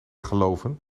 geloven